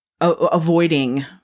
avoiding